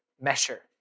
measure